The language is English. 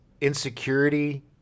insecurity